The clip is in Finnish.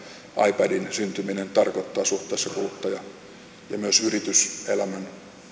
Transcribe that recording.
ipadin syntyminen tarkoittaa suhteessa kuluttajaan ja myös yrityselämän